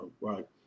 right